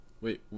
wait